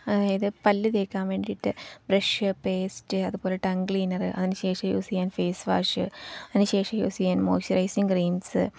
അതായത് പല്ല് തേക്കാൻ വേണ്ടിയിട്ട് ബ്രഷ് പേസ്റ്റ് അതുപോലെ ടങ് ക്ലീനർ അതിന് ശേഷം യൂസ് ചെയ്യാൻ ഫേസ് വാഷ് അതിന് ശേഷം യൂസ് ചെയ്യാൻ മോയ്സ്ചറൈസിങ് ക്രീംസ്